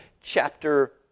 Chapter